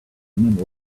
and